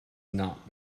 not